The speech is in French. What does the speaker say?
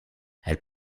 elle